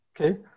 Okay